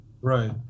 Right